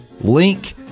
link